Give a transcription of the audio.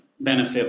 benefit